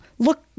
look